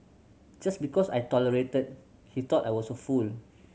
just because I tolerated he thought I was a fool